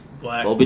black